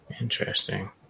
Interesting